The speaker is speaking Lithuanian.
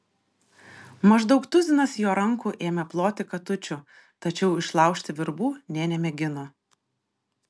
maždaug tuzinas jo rankų ėmė ploti katučių tačiau išlaužti virbų nė nemėgino